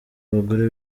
abagore